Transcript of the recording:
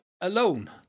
alone